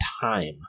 time